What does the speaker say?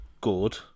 good